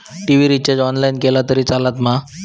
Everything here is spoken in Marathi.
टी.वि रिचार्ज ऑनलाइन केला तरी चलात मा?